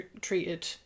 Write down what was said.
treated